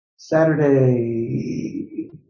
Saturday